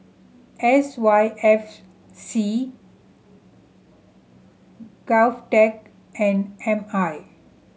S Y F C GovTech and M I